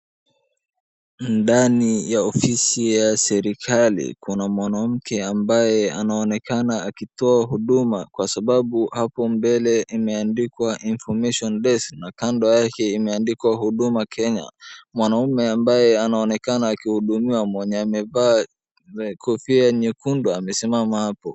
Ndani ya ofisi ya serikali, kuna mwanamke ambaye anaonekana akitoa huduma kwa sababu hapo mbele imeandikwa information desk na kando yake imeandikwa Huduma Kenya. Mwanamme ambaye anaonekana akihudumia mwenye amevaa kofia nyekundu amesimama hapo.